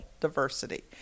diversity